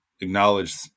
acknowledge